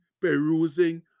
perusing